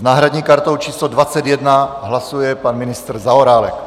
S náhradní kartou číslo 21 hlasuje pan ministr Zaorálek.